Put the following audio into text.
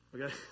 okay